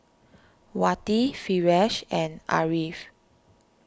Wati Firash and Ariff